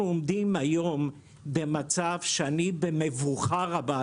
אנחנו עומדים היום במצב שאני במבוכה רבה,